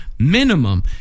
minimum